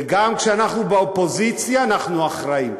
וגם כשאנחנו באופוזיציה אנחנו אחראים,